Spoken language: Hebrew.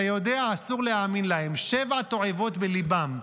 אתה יודע אסור להאמין להם, שבע תועבות בליבם.